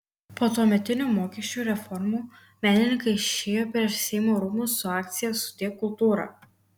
po tuometinių mokesčių reformų menininkai išėjo prieš seimo rūmus su akcija sudie kultūra